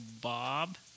Bob